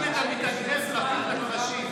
אתם לא חייבים להגיב על כל משפט.